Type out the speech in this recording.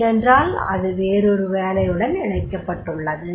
ஏனென்றால் அது வேறொரு வேலையுடன் இணைக்கப்பட்டுள்ளது